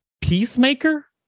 Peacemaker